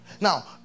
now